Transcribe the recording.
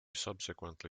subsequently